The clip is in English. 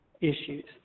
issues